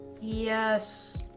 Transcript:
yes